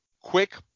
quick